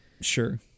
Sure